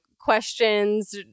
questions